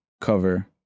cover